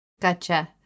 Gotcha